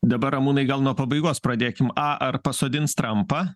dabar ramūnai gal nuo pabaigos pradėkim a ar pasodins strampą